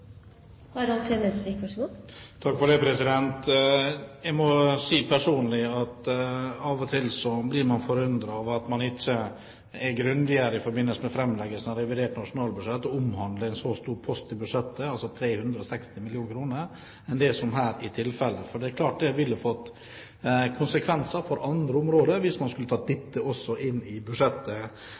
Jeg må personlig si at av og til blir man forundret over at man ikke er grundigere i forbindelse med framleggelsen av revidert nasjonalbudsjett, når det gjelder en så stor post i budsjettet, altså 360 mill. kr, enn det som her er tilfellet, for det er klart at det ville fått konsekvenser for andre områder hvis man også skulle tatt dette inn i budsjettet.